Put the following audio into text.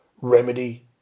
remedy